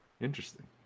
Interesting